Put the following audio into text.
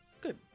good